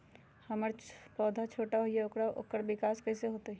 हमर पौधा छोटा छोटा होईया ओकर विकास कईसे होतई?